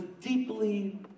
deeply